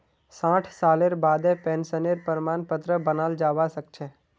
साठ सालेर बादें पेंशनेर प्रमाण पत्र बनाल जाबा सखछे